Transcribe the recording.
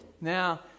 Now